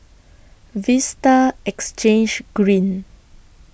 Vista Exchange Green